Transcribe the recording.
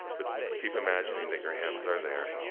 but keep imagining that your hands are there,